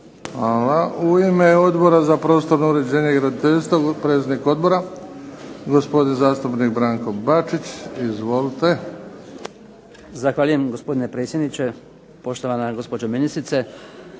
Hvala. U ime Odbora za prostorno uređenje, graditeljstvo predsjednik odbora gospodin zastupnik Branko Bačić. Izvolite. **Bačić, Branko (HDZ)** Zahvaljujem gospodine predsjedniče, poštovana gospođo ministrice.